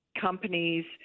companies